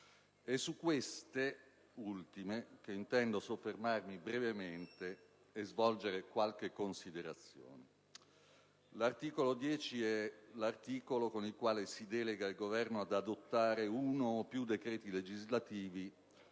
È su queste ultime che intendo soffermarmi brevemente per svolgere qualche considerazione. L'articolo 10 delega il Governo ad adottare uno o più decreti legislativi